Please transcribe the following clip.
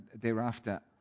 thereafter